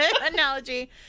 analogy